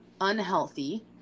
unhealthy